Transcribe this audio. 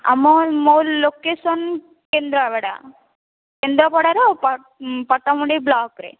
ଆମର ମୋ ଲୋକେସନ କେନ୍ଦ୍ରାପଡା କେନ୍ଦ୍ରାପଡାର ପଟାମୁଣ୍ଡାଇ ବ୍ଲକରେ